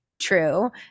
true